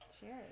Cheers